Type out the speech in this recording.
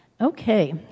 Okay